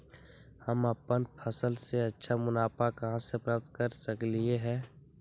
हम अपन फसल से अच्छा मुनाफा कहाँ से प्राप्त कर सकलियै ह?